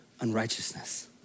unrighteousness